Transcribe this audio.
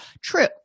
true